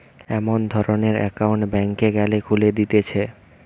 এমন ধরণের একউন্ট ব্যাংকে গ্যালে খুলে দিতেছে